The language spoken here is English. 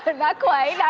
but not quite, yeah